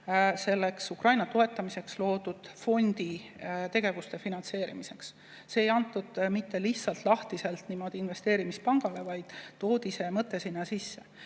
selle Ukraina toetamiseks loodud fondi tegevuse finantseerimiseks, seda ei anta mitte lihtsalt niimoodi lahtiselt investeerimispangale, vaid toodi see mõte sinna sisse. Mis